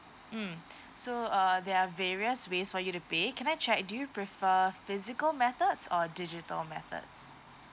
mm so uh there are various ways for you to pay can I check do you prefer physical methods or digital methods